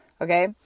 okay